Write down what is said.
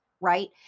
right